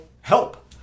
help